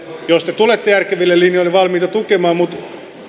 jos te tulette järkeville linjoille valmiita tukemaan mutta